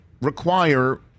require –